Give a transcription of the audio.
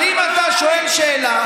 אבל אם אתה שואל שאלה,